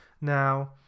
Now